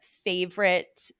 favorite